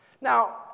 Now